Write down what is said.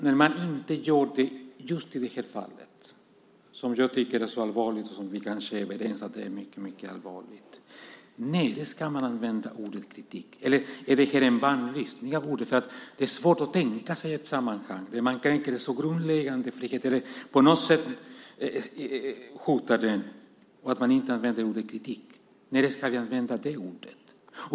När man inte gör det just i det här fallet, som jag tycker är så allvarligt - vi kanske är överens om att det är mycket allvarligt - när ska man då använda ordet kritik? Är ordet bannlyst? Det är svårt att tänka sig ett sammanhang där så grundläggande värden hotas och man inte använder ordet kritik. När ska man då använda det ordet?